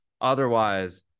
Otherwise